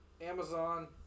Amazon